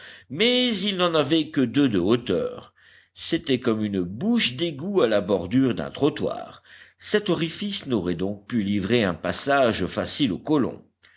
mais il n'en avait que deux de hauteur c'était comme une bouche d'égout à la bordure d'un trottoir cet orifice n'aurait donc pu livrer un passage facile aux colons